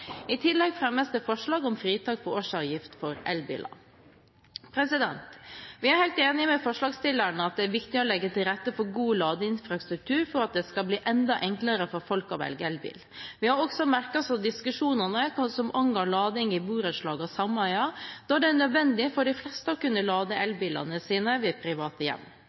I tillegg fremmes det forslag om fritak for årsavgift for elbiler. Vi er helt enige med forslagsstillerne i at det er viktig å legge til rette for god ladeinfrastruktur for at det skal bli enda enklere for folk å velge elbil. Vi har også merket oss diskusjonene hva angår lading i borettslag og sameier, da det er nødvendig for de fleste å kunne lade elbilene ved sine private hjem.